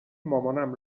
مامانم